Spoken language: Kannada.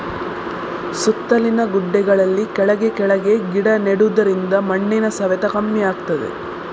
ಸುತ್ತಲಿನ ಗುಡ್ಡೆಗಳಲ್ಲಿ ಕೆಳಗೆ ಕೆಳಗೆ ಗಿಡ ನೆಡುದರಿಂದ ಮಣ್ಣಿನ ಸವೆತ ಕಮ್ಮಿ ಆಗ್ತದೆ